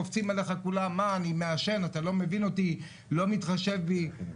קופצים עליך כולם שאתה לא מבין אותם ולא מתחשב בהם.